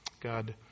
God